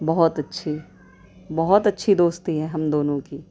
بہت اچھی بہت اچھی دوستی ہے ہم دونوں کی